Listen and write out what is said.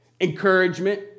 Encouragement